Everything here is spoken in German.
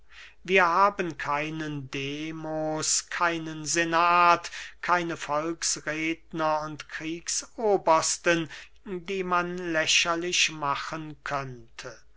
wir haben keinen demos keinen senat keine volksredner und kriegsobersten die man lächerlich machen könnte